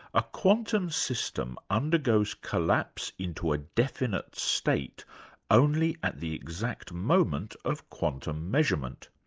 a quantum system undergoes collapse into a definite state only at the exact moment of quantum measurement.